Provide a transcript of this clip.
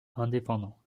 indépendant